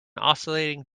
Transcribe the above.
oscillating